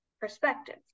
perspective